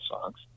songs